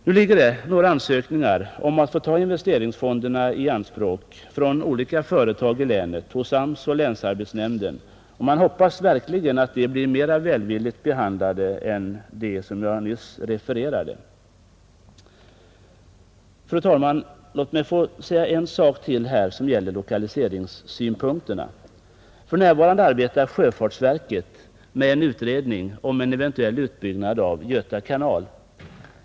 Nu ligger några ansökningar om att få ta investeringsfonderna i anspråk från olika företag i länet hos AMS och länsarbetsnämnden, och man hoppas verkligen att de blir mera välvilligt behandlade än de som jag nyss refererade. Fru talman! Låt mig få säga en sak till som gäller lokaliseringssynpunkterna! För närvarande arbetar sjöfartsverket med en utredning om en eventuell utbyggnad av Göta kanal.